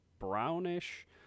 brownish